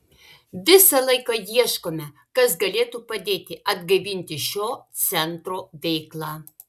visą laiką ieškome kas galėtų padėti atgaivinti šio centro veiklą